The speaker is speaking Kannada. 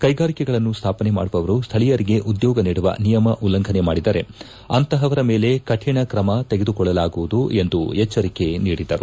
ಕೈಗಾರಿಕೆಗಳನ್ನು ಸ್ಥಾಪನೆ ಮಾಡುವವರು ಸ್ಥಳೀಯರಿಗೆ ಉದ್ದೋಗ ನೀಡುವ ನಿಯಮ ಉಲ್ಲಂಘನೆ ಮಾಡಿದರೆ ಅಂತಹವರ ಮೇಲೆ ಕರಿಣ ಕ್ರಮ ತೆಗೆದುಕೊಳ್ಳಲಾಗುವುದು ಎಂದು ಎಚ್ಚರಿಕೆ ನೀಡಿದರು